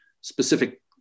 specific